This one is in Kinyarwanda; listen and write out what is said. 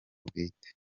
bwite